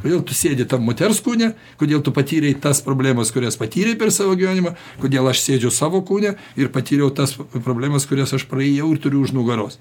kodėl tu sėdi tam moters kūne kodėl tu patyrei tas problemas kurias patyrei per savo gyvenimą kodėl aš sėdžiu savo kūne ir patyriau tas problemas kurias aš praėjau ir turiu už nugaros